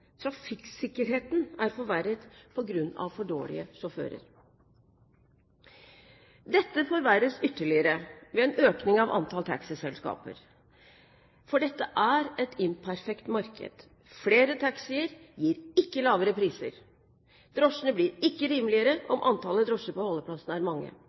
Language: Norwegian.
trafikksikkerheten er forverret på grunn av for dårlige sjåfører. Dette forverres ytterligere ved en økning av antall taxiselskaper, for dette er et imperfekt marked: Flere taxier gir ikke lavere priser. Drosjene blir ikke rimeligere selv om det er mange